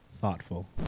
Thoughtful